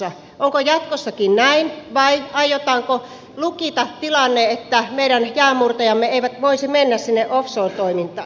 onko jatkossakin näin vai aiotaanko lukita tilanne niin että meidän jäänmurtajamme eivät voisi mennä sinne offshore toimintaan